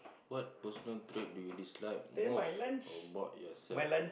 what personal trait do you dislike most about yourself